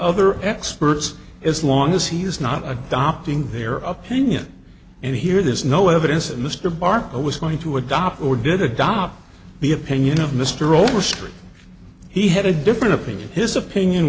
other experts as long as he is not adopting their of pena and here there is no evidence that mr barker was going to adopt or did adopt the opinion of mr overstreet he had a different opinion his opinion